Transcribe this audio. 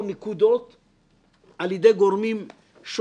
מי שיחפש במאגרים של